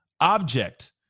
object